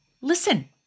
listen